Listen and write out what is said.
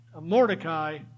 Mordecai